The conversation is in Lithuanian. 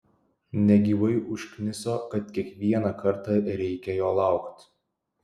negyvai užkniso kad kiekvieną kartą reikia jo laukt